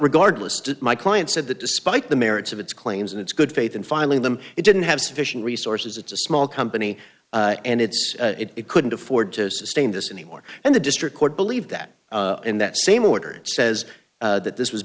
regardless to my client said that despite the merits of its claims and its good faith in filing them it didn't have sufficient resources it's a small company and it's it couldn't afford to sustain this anymore and the district court believe that in that same order it says that this was